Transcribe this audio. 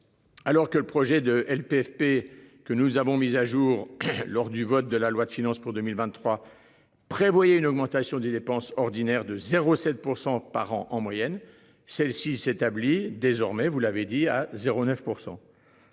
Alors que le projet de LPFP que nous avons mis à jour lors du vote de la loi de finances pour 2023 prévoyait une augmentation des dépenses ordinaires de 0 7 % par an en moyenne. Celle-ci s'établit désormais vous